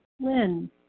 Lynn